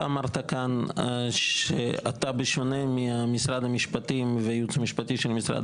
אתה אמרת כאן שאתה בשונה ממשרד המשפטים והייעוץ המשפטי של משרד